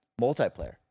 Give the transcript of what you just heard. multiplayer